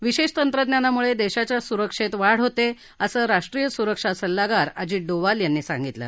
विशेष तंत्रज्ञानामुळे देशाच्या सुरक्षेत वाढ होते असं राष्ट्रीय सुरक्षा सल्लागार अजित डोवाल यांनी सांगितलं